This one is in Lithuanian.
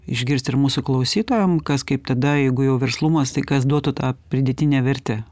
išgirst ir mūsų klausytojam kas kaip tada jeigu jau verslumas tai kas duotų tą pridėtinę vertę